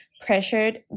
pressured